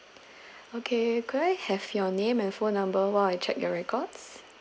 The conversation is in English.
okay could I have your name and phone number while I check your records